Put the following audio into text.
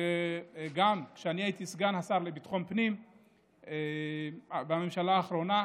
גם כשאני הייתי סגן השר לביטחון הפנים בממשלה האחרונה,